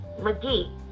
McGee